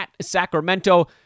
Sacramento